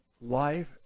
life